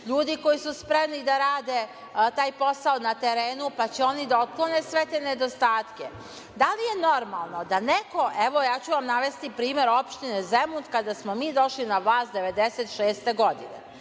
ljudi koji su spremni da rade taj posao na terenu, pa će oni da otklone sve te nedostatke. Da li je normalno da neko… Evo, ja ću vam navesti primer opštine Zemun kada smo mi došli na vlast 1996. godine.